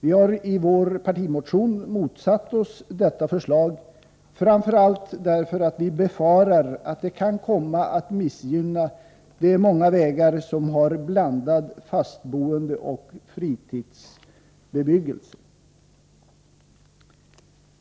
Vi har i vår partimotion motsatt oss detta förslag, framför allt därför att vi befarar att det kan komma att missgynna de många vägar som har blandad permanentoch fritidsbebyggelse.